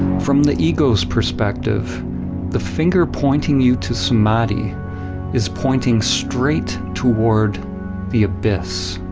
from the ego's perspective the finger pointing you to samadhi is pointing straight toward the abyss.